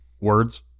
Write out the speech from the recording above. words